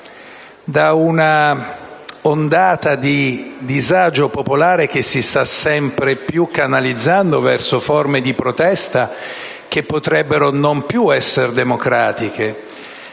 da un'ondata di disagio popolare che si sta sempre più canalizzando verso forme di protesta che potrebbero non più essere democratiche.